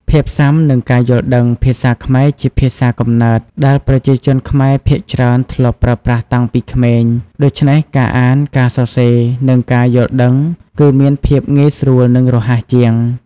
ភាពស៊ាំ និងការយល់ដឹង ភាសាខ្មែរជាភាសាកំណើតដែលប្រជាជនខ្មែរភាគច្រើនធ្លាប់ប្រើប្រាស់តាំងពីក្មេង ដូច្នេះការអាន ការសរសេរ និងការយល់ដឹងគឺមានភាពងាយស្រួល និងរហ័សជាង។